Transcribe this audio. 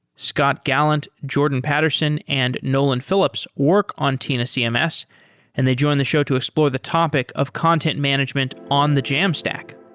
scott gallant, jordan patterson and nolan phillips work on tinacms yeah um and they join the show to explore the topic of content management on the jamstack